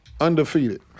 Undefeated